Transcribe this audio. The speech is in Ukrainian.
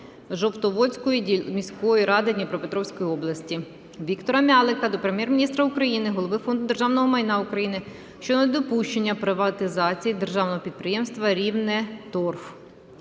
Жовтоводської міської ради Дніпропетровської області. Віктора М'ялика до Прем'єр-міністра України, Голови Фонду державного майна України щодо недопущення приватизації державного підприємства "Рівнеторф".